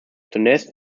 zunächst